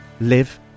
live